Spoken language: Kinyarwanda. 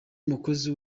mukozi